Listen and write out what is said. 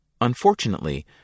Unfortunately